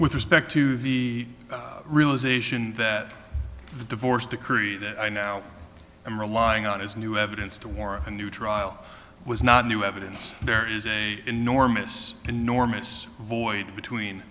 with respect to the realization that the divorce decree that i now i'm relying on is new evidence to warrant a new trial was not new evidence there is an enormous enormous void between